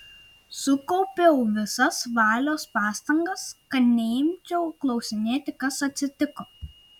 sukaupiau visas valios pastangas kad neimčiau klausinėti kas atsitiko